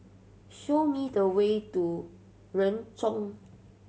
show me the way to Renjong